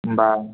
होम्बा